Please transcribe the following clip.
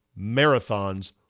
marathons